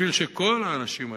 בשביל כל האנשים האלה,